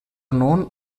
known